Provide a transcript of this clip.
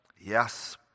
yes